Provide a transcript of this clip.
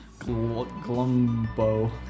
Glumbo